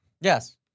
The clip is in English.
Yes